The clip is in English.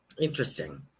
Interesting